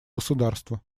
государства